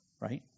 right